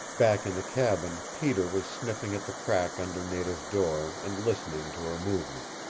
back in the cabin peter was sniffing at the crack under nada's door, and listening to her movement.